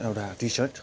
एउटा टिसर्ट